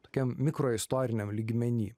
tokiam mikro istoriniam lygmeny